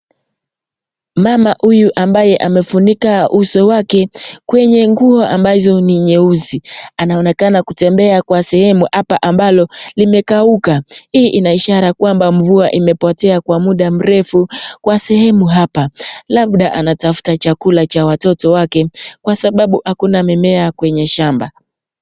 Mama huyu ambaye amefunika uso wake kwenye nguo ambazo ni nyeusi anaonekana kutembea sehemu hapa ambalo limekauka. Hii ina ishara kwamba mvua imepotea kwa muda mrefu kwa sehemu hapa, labda anafuta chakula cha watoto wake kwa sababu hakuna mimea kwenye shamba.